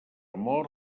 amor